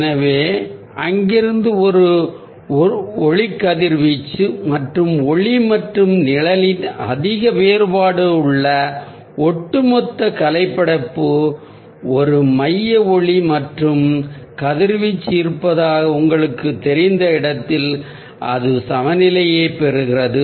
எனவே அங்கிருந்து ஒளி கதிர்வீச்சு வருகிறது மற்றும் ஒளி மற்றும் நிழலின் அதிக வேறுபாட்டை கொண்ட ஒட்டுமொத்த கலைப்படைப்பு ஒரு மைய ஒளி மற்றும் கதிர்வீச்சுஇருக்கும் இடத்தில் அது சமநிலையைப் பெறுகிறது